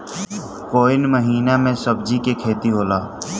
कोउन महीना में सब्जि के खेती होला?